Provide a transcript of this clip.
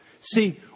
See